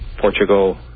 Portugal